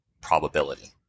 probability